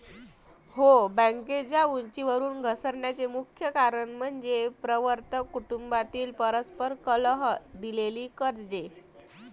हो, बँकेच्या उंचीवरून घसरण्याचे मुख्य कारण म्हणजे प्रवर्तक कुटुंबातील परस्पर कलह, दिलेली कर्जे